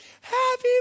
happy